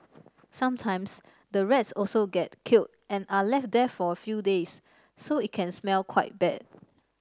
sometimes the rats also get killed and are left there for a few days so it can smell quite bad